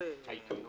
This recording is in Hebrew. העיתונות.